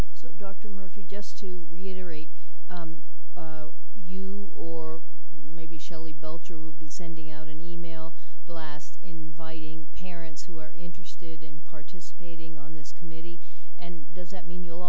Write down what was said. so dr murphy just to reiterate you or maybe shelley belcher will be sending out an e mail blast inviting parents who are interested in participating on this committee and does that mean you'll